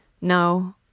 No